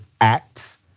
acts